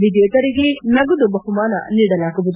ವಿಜೇತರಿಗೆ ನಗದು ಬಹುಮಾನ ನೀಡಲಾಗುವುದು